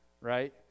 right